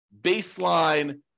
baseline